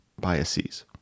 biases